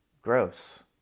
Gross